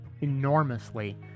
enormously